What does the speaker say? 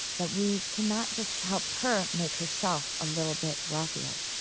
that we cannot just help her make herself a little bit wealthier,